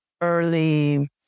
early